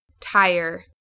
tire